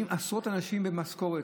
מחזיקים עשרות אנשים במשכורת,